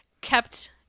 kept